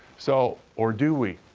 so or do we?